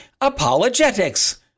apologetics